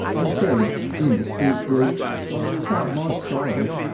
and said indistinctly quite my style.